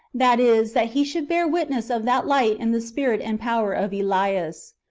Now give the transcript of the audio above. that is, that he should bear witness of that light in the spirit and power of elias.